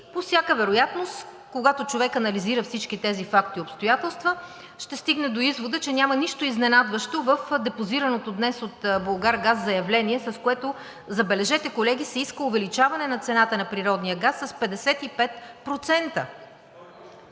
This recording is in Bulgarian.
по всяка вероятност, когато човек анализира всички тези факти и обстоятелства, ще стигне до извода, че няма нищо изненадващо в депозираното днес от „Булгаргаз“ заявление, с което, забележете, колеги, се иска увеличаване на цената на природния газ с 55%.